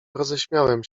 roześmiałem